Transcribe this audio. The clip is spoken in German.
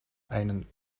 einen